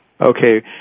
Okay